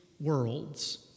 worlds